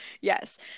Yes